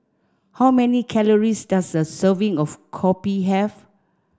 how many calories does a serving of Kopi have